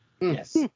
Yes